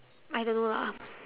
I don't know lah